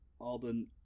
Alden